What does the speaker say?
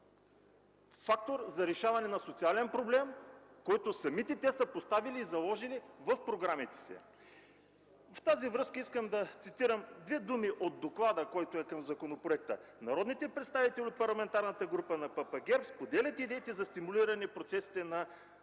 фактор за решаване на социален проблем, който самите те са поставили, заложили в програмите си. В тази връзка искам да цитирам две изречения от доклада към законопроекта: „Народните представители от Парламентарната група на Политическа партия ГЕРБ споделят идеите за стимулиране процесите на